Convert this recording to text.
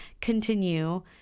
continue